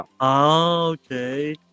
okay